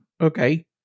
okay